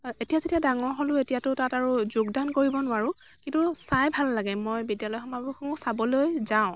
এতিয়া যেতিয়া ডাঙৰ হ'লোঁ এতিয়াতো তাত আৰু যোগদান কৰিব নোৱাৰোঁ কিন্তু চাই ভাল লাগে মই বিদ্য়ালয় সমাৱেশসমূহ চাবলৈ যাওঁ